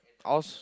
I also